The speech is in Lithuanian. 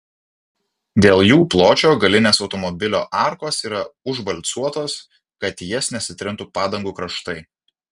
dėl jų pločio galinės automobilio arkos yra užvalcuotos kad į jas nesitrintų padangų kraštai